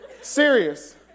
serious